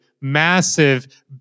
massive